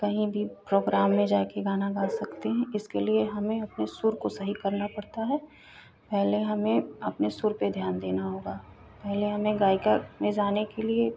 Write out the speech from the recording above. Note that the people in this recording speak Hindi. कहीं भी प्रोग्राम में जाके गाना गा सकते हैं इसके लिए हमें अपने सुर को सही करना पड़ता है पहले हमें अपने सुर पर ध्यान देना होगा पहले हमें गायिका में जाने के लिए